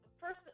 First